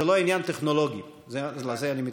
זה לא עניין טכנולוגי, לזה אני מתכוון.